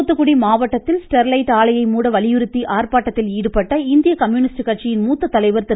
துாத்துகுடி மாவட்டத்தில் ஸ்டெர்லைட் ஆலையை மூட வலியுறுத்தி ஆர்ப்பாட்டத்தில் ஈடுபட்ட இந்திய கம்யூனிஸ்ட் கட்சியின் மூத்த தலைவர் திரு